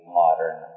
modern